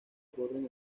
corren